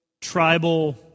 tribal